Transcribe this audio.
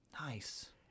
Nice